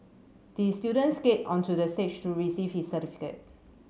the student skate onto the stage to receive his certificate